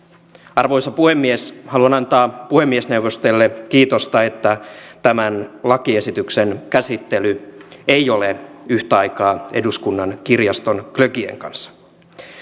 arvoisa puhemies haluan antaa puhemiesneuvostolle kiitosta että tämän lakiesityksen käsittely ei ole yhtä aikaa eduskunnan kirjaston glögien kanssa